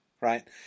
right